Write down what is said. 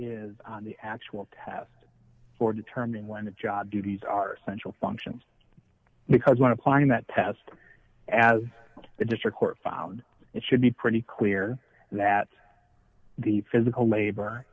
is the actual test for determining when a job duties are essential functions because when applying that test as a district court found it should be pretty clear that the physical labor